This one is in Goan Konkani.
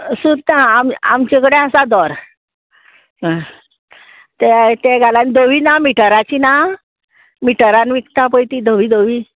सुतां आम आमचे कडेन आसा दोर हय ते घाल आनी धवी ना मिटराची ना मिटरान विकता पय ती धवीं धवीं